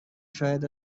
شاید